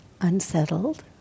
Unsettled